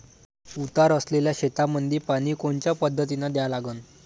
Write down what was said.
उतार असलेल्या शेतामंदी पानी कोनच्या पद्धतीने द्या लागन?